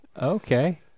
Okay